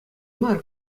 мар